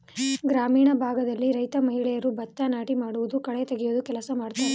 ಗ್ರಾಮೀಣ ಭಾಗದಲ್ಲಿ ರೈತ ಮಹಿಳೆಯರು ಭತ್ತ ನಾಟಿ ಮಾಡುವುದು, ಕಳೆ ತೆಗೆಯುವ ಕೆಲಸವನ್ನು ಮಾಡ್ತರೆ